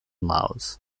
laos